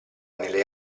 nelle